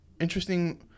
interesting